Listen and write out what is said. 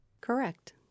Correct